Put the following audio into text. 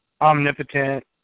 omnipotent